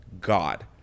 God